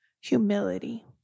humility